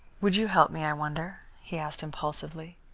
would you help me, i wonder? he asked impulsively.